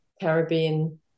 Caribbean